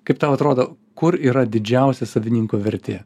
kaip tau atrodo kur yra didžiausia savininko vertė